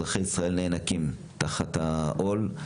אזרחי ישראל נאנקים תחת העול,